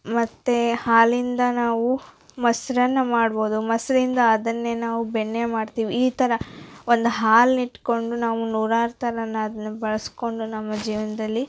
ಮತ್ತು ಹಾಲಿಂದ ನಾವು ಮೊಸರನ್ನ ಮಾಡ್ಬೋದು ಮೊಸರಿಂದ ಅದನ್ನೇ ನಾವು ಬೆಣ್ಣೆ ಮಾಡ್ತೀವಿ ಈ ಥರ ಒಂದು ಹಾಲ್ನ ಇಟ್ಟುಕೊಂಡು ನಾವು ನೂರಾರು ಥರ ನಾ ಅದನ್ನ ಬಳಸಿಕೊಂಡು ನಮ್ಮ ಜೀವನದಲ್ಲಿ